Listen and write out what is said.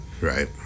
Right